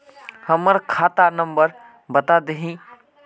हमर खाता नंबर बता देहु?